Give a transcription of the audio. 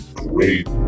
great